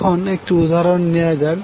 এখন একটি উদাহরন নেওয়া যাক